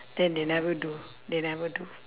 then they never do they never do